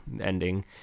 ending